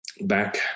Back